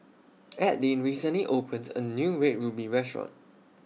Adline recently opened A New Red Ruby Restaurant